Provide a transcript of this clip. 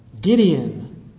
Gideon